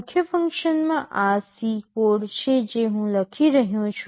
મુખ્ય ફંક્શનમાં આ C કોડ છે જે હું લખી રહ્યો છું